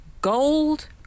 gold